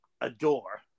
adore